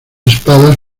espadas